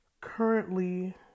currently